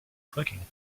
clicking